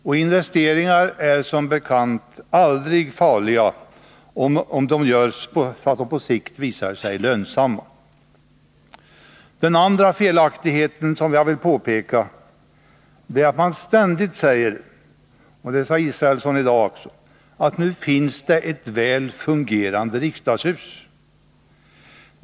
Och investeringar är som bekant aldrig farliga att göra om de på sikt visar sig lönsamma. Det andra misstaget som jag vill påpeka är att man ständigt säger — och det sade Per Israelsson i dag också — att nu finns det ett väl fungerande riksdagshus.